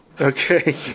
Okay